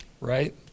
right